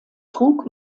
trug